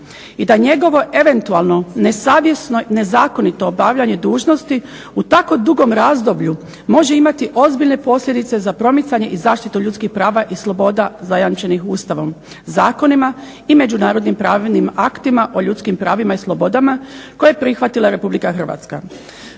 i da njegovo eventualno nesavjesno i nezakonito obavljanje dužnosti u tako dugom razdoblju može imati ozbiljne posljedice za promicanje i zaštitu ljudskih prava i sloboda zajamčenih Ustavom, zakonima i međunarodnim pravnim aktima o ljudskim pravima i slobodama koje je prihvatila Republika Hrvatska.